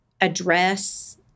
address